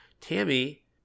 Tammy